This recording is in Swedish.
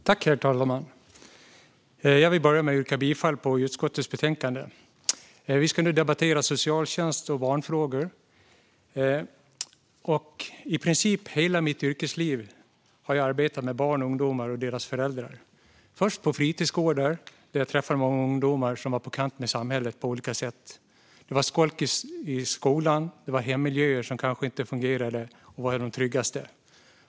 Herr talman! Jag vill börja med att yrka bifall till utskottets förslag. Vi ska debattera socialtjänst och barnfrågor. I princip i hela mitt yrkesliv har jag arbetat med barn, ungdomar och deras föräldrar. Först var det på fritidsgårdar, där jag träffade många ungdomar som var på kant med samhället på olika sätt. Det var skolk från skolan och hemmiljöer som kanske inte fungerade eller var de tryggaste.